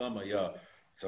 פעם היה צבא,